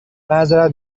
معذرت